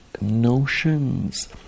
notions